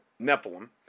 Nephilim